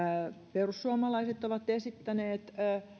perussuomalaiset ovat esittäneet